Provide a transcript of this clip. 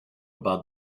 about